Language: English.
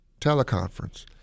teleconference